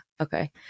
okay